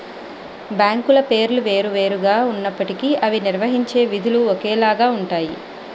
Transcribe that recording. బ్యాంకుల పేర్లు వేరు వేరు గా ఉన్నప్పటికీ అవి నిర్వహించే విధులు ఒకేలాగా ఉంటాయి